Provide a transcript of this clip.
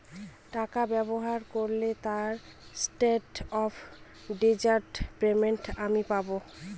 টাকা ব্যবহার হারলে তার স্ট্যান্ডার্ড অফ ডেজার্ট পেমেন্ট আমি পাব